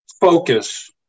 focus